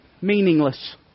meaningless